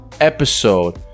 episode